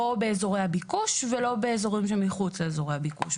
לא באזורי הביקוש ולא באזורים שמחוץ לאזורי הביקוש.